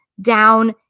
down